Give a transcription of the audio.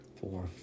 four